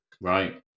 Right